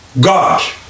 God